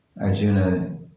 Arjuna